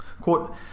Quote